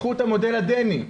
קחו את המודל הדני,